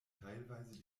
teilweise